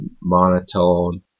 monotone